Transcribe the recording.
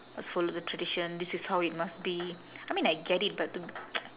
must follow the tradition this is how it must be I mean I get it but to